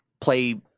play